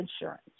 insurance